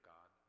God